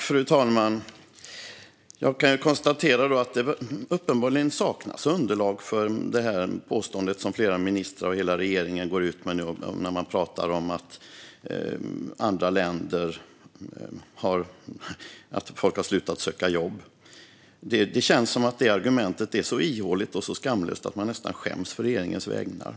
Fru talman! Jag kan konstatera att det uppenbarligen saknas underlag för det påstående som flera ministrar och hela regeringen nu går ut med när man pratar om att folk har slutat söka jobb i andra länder. Det känns som att detta argument är så ihåligt och så skamlöst att man nästan skäms å regeringens vägnar.